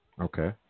Okay